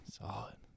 Solid